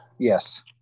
Yes